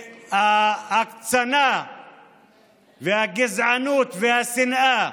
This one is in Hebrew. שבהן ההקצנה והגזענות והשנאה